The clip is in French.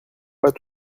pas